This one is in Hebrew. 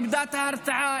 איבדו את ההרתעה,